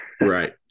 Right